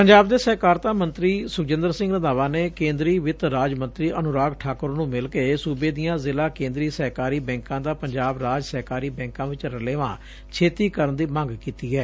ਪੰਜਾਬ ਦੇ ਸਹਿਕਾਰਤਾ ਮੰਤਰੀ ਸੁਖਜਿੰਦਰ ਸਿੰਘ ਰੰਧਾਵਾ ਨੇ ਕੇਂਦਰੀ ਵਿੱਤ ਰਾਜ ਮੰਤਰੀ ਅਨੁਰਾਗ ਠਾਕੁਰ ਨੰ ਮਿਲ ਕੇ ਸੁਬੇ ਦੀਆਂ ਜ਼ਿਲਾ ਕੇਂਦਰੀ ਸਹਿਕਾਰੀ ਬੈੱਕਾਂ ਦਾ ਪੰਜਾਬ ਰਾਜ ਸਹਿਕਾਰੀ ਬੈੱਕਾਂ ਵਿਚ ਰਲੇਵਾ ਛੇਤੀ ਕਰਨ ਦੀ ਮੰਗ ਕੀਤੀ ਐ